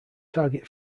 target